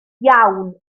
iawn